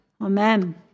Amen